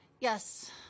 Yes